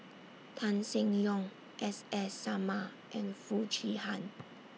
Tan Seng Yong S S Sarma and Foo Chee Han